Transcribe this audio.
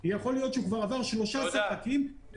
אתה לא רוצה עוד בדיקה, נכון?